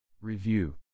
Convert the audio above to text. Review